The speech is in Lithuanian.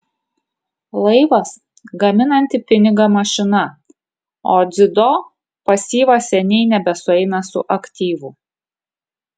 laivas gaminanti pinigą mašina o dzido pasyvas seniai nebesueina su aktyvu